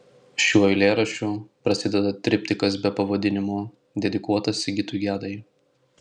šiuo eilėraščiu prasideda triptikas be pavadinimo dedikuotas sigitui gedai